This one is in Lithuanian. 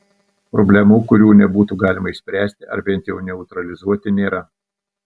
problemų kurių nebūtų galima išspręsti arba bent jau neutralizuoti nėra